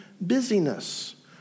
busyness